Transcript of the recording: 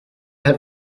have